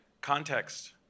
context